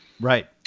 right